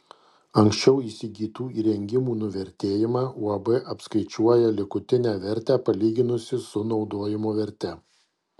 anksčiau įsigytų įrengimų nuvertėjimą uab apskaičiuoja likutinę vertę palyginusi su naudojimo verte